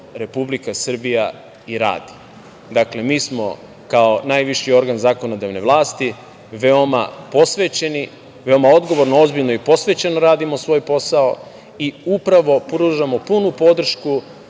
Republika Srbija i radi. Dakle, mi smo kao najviši organ zakonodavne vlasti veoma posvećeni, veoma odgovorno, ozbiljno i posvećeno radimo svoj posao i upravo pružamo punu podršku